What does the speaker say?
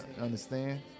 understand